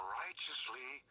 righteously